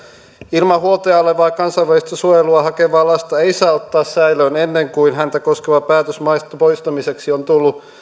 ilman huoltajaa olevaa kansainvälistä suojelua hakevaa lasta ei saa ottaa säilöön ennen kuin häntä koskeva päätös maasta poistamiseksi on tullut